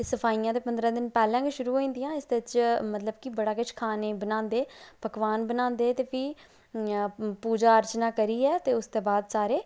ते सफारियां ते ते पंदरां दिन पैहले गै शुरू होई जंदियां इस च मतलब कि बड़ा किश खाने गी बनांदे पकवान बनांदे ते फ्ही पूजा अर्चना करियै ते उसदे बाद सारे